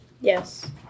yes